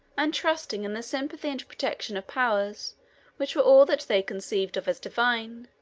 and trusting in the sympathy and protection of powers which were all that they conceived of as divine,